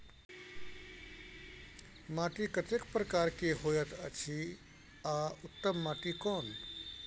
माटी कतेक प्रकार के होयत अछि आ उत्तम माटी कोन?